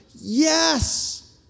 Yes